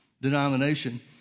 denomination